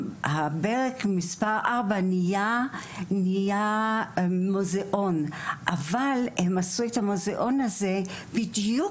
ברק מספר 4 הוא עכשיו מוזיאון אבל הם עשו את המוזיאון הזה בדיוק